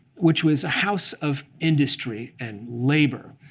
which was a house of industry and labor.